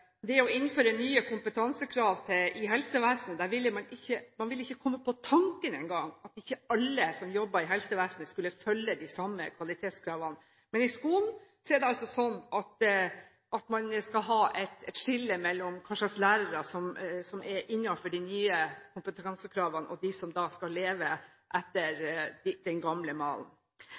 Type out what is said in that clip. i helsevesenet aldri ville komme på tanken engang om at ikke alle som jobber i helsevesenet, skulle følge de samme kvalitetskravene når man innfører nye kompetansekrav. Men i skolen skal man ha et skille mellom lærerne som er innenfor de nye kompetansekravene, og de som skal leve etter den gamle malen.